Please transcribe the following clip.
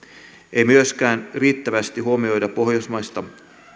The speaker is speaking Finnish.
ei myöskään riittävästi huomioida pohjoismaista